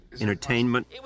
entertainment